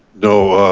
no,